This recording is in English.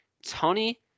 Tony